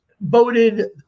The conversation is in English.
voted